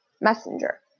messenger